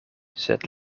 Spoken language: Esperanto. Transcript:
sed